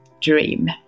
dream